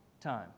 time